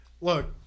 Look